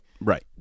right